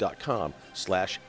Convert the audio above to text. dot com slash